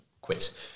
quit